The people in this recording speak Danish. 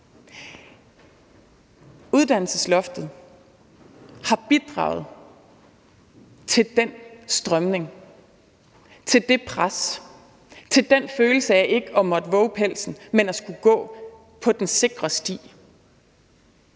Uddannelsesloftet har bidraget til den strømning, til det pres, til den følelse af ikke at måtte vove pelsen, men at skulle gå på den sikre sti.